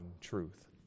truth